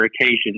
occasions